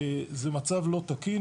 זה מצב לא תקין.